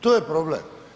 To je problem.